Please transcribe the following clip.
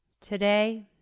Today